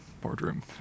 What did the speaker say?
boardroom